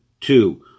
Two